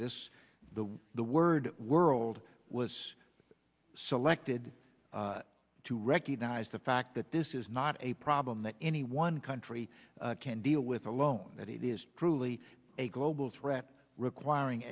this the the word world was selected to recognize the fact that this is not a problem that any one country can deal with alone that it is truly a global threat requiring